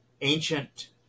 ancient